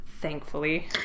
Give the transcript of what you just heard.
thankfully